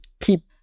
keep